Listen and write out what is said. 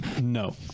No